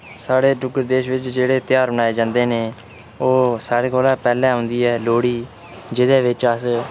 साढ़ै डुग्गर देश बिच जेह्ड़े त्योहार मनाए जंदे न ओह् सारे कोला पैह्ले औंदी ऐ लोह्ड़ी जेह्दे बिच्च अस